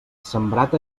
sembrat